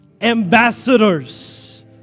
ambassadors